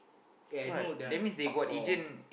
eh I know that one paktor